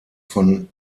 von